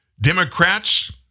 Democrats